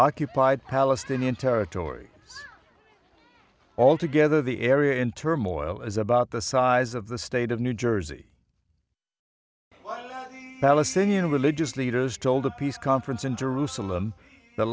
occupied palestinian territory altogether the area in turmoil is about the size of the state of new jersey balasingham religious leaders told a peace conference in jerusalem